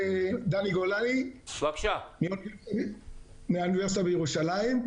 אני מהאוניברסיטה בירושלים,